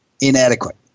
inadequate